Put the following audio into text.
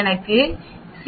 எனக்கு சி